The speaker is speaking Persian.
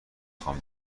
خوام